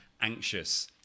anxious